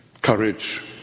courage